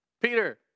Peter